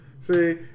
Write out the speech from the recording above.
See